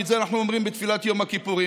ואת זה אנחנו אומרים בתפילת יום הכיפורים: